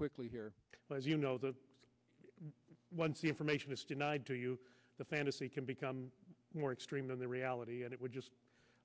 quickly here as you know the once the information is denied to you the fantasy can become more extreme in the reality and it would just